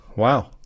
Wow